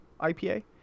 IPA